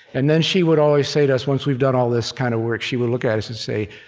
and then she would always say to us, once we've done all this kind of work, she would look at us and say